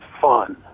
fun